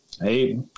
Hey